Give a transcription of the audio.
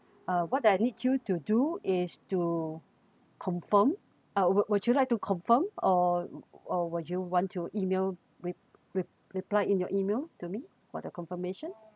uh what that I need you to do is to confirm ah would would you like to confirm or or what you want to email re~ re~ reply in your email to me for the confirmation